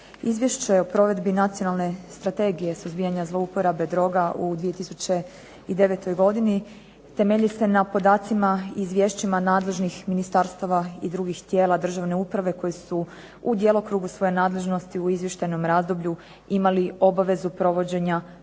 Izvješće o provedbi Nacionalne strategije suzbijanja zlouporabe droga u 2009. godini temelji se na podacima i izvješćima nadležnih ministarstava i drugih tijela državne uprave koji su u djelokrugu svoje nadležnosti u izvještajnom razdoblju imali obvezu provođenja